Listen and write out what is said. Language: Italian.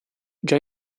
già